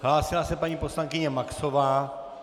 Hlásila se paní poslankyně Maxová.